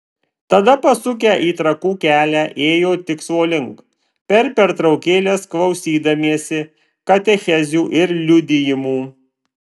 tada pasukę į trakų kelią ėjo tikslo link per pertraukėles klausydamiesi katechezių ir liudijimų